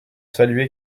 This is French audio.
saluer